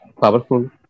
powerful